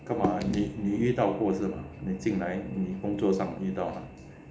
干嘛呢你遇到过是吗你进来工作上遇到啊